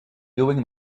doing